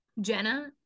Jenna